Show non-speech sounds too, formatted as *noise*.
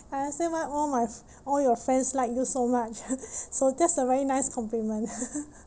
I understand why all my all your friends like you so much *noise* so that's a very nice compliment *laughs*